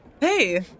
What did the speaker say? Hey